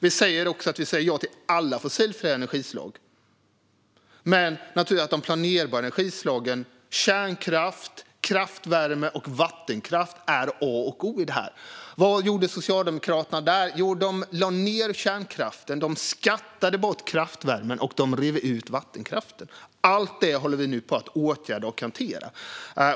Vi säger ja till alla fossilfria energislag, men naturligtvis är de planerbara energislagen - kärnkraft, kraftvärme och vattenkraft - A och O i detta. Vad gjorde Socialdemokraterna där? Jo, de lade ned kärnkraften. De skattade bort kraftvärmen, och de rev ut vattenkraften. Allt det håller vi nu på att åtgärda och hantera.